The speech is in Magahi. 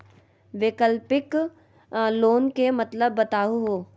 वैकल्पिक लोन के मतलब बताहु हो?